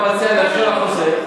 אתה מציע לאפשר לחוזר,